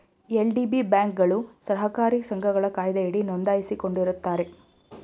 LDB ಬ್ಯಾಂಕ್ಗಳು ಸಹಕಾರಿ ಸಂಘಗಳ ಕಾಯ್ದೆಯಡಿ ನೊಂದಾಯಿಸಿಕೊಂಡಿರುತ್ತಾರೆ